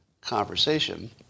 conversation